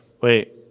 Wait